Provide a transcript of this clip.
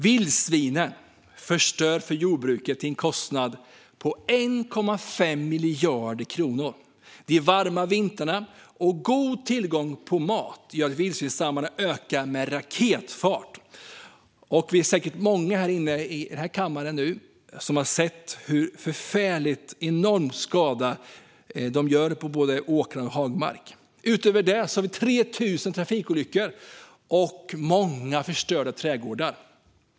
Vildsvinen förstör för jordbruket till en kostnad av 1,5 miljarder kronor. De varma vintrarna och god tillgång på mat gör att vildsvinsstammarna ökar med raketfart. Många av oss här i kammaren nu har säkert sett vilken enorm skada vildsvinen gör på både åkrar och hagmarker. Utöver det har vi 3 000 trafikolyckor och många förstörda trädgårdar.